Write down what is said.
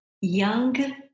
young